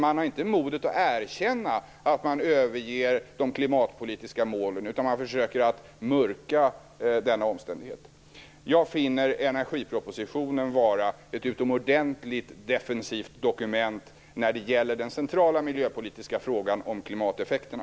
Man har inte modet att erkänna att man överger de klimatpolitiska målen, utan man försöker att mörka denna omständighet. Jag finner energipropositionen vara ett utomordentligt defensivt dokument när det gäller den centrala miljöpolitiska frågan om klimateffekterna.